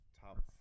top